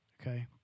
Okay